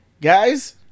Guys